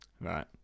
Right